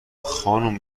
خانم